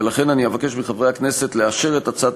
לכן אני אבקש מחברי הכנסת לאשר את הצעת